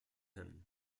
him